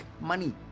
money